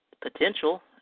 potential